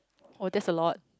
orh that's a lot